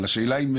אבל השאלה היא,